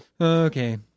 Okay